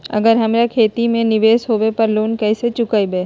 अगर हमरा खेती में निवेस होवे पर लोन कैसे चुकाइबे?